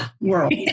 world